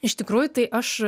iš tikrųjų tai aš